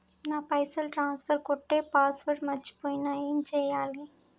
నా పైసల్ ట్రాన్స్ఫర్ కొట్టే పాస్వర్డ్ మర్చిపోయిన ఏం చేయాలి?